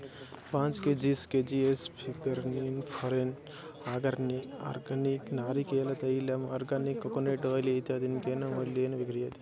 पञ्च K Gs K Gs फिगर्मीन् फरेन् आगर्नि आर्गनिक् नारिकेलतैलम् आर्गानिक् कोकोनेट् ओय्ल् इत्यादीनि केन मूल्येन विक्रियते